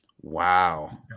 Wow